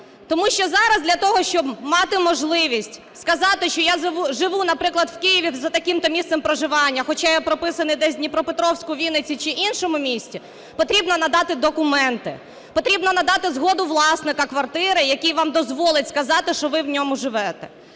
Тому що зараз для того, щоб мати можливість сказати, що я живу, наприклад, в Києві за таким-то місцем проживання, хоча я прописаний десь в Дніпропетровську, Вінниці чи іншому місті, потрібно надати документи, потрібно надати згоду власника квартири, який вам дозволить сказати, що ви в ньому живете.